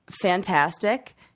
fantastic